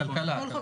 הכלכלה.